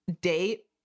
date